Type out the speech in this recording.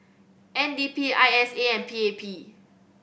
N D P I S A and P A P